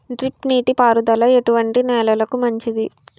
Drip నీటి పారుదల ఎటువంటి నెలలకు మంచిది?